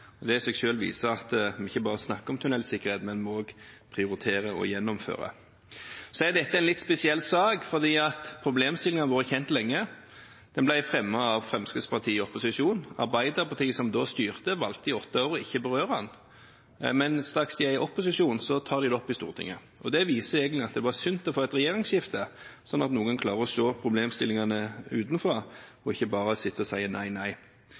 og det i seg selv viser at vi ikke bare snakker om tunnelsikkerhet, men vi prioriterer og gjennomfører det også. Dette er en litt spesiell sak fordi problemstillingen har vært kjent lenge. Den ble fremmet av Fremskrittspartiet i opposisjon. Arbeiderpartiet, som da styrte, valgte i åtte år ikke å berøre den, men straks de er i opposisjon, tar de det opp i Stortinget. Det viser egentlig at det var sunt å få et regjeringsskifte, slik at noen klarer å se problemstillingene utenfra og ikke bare sitter og sier nei.